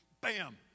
Bam